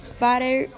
father